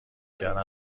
کردن